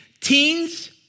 Teens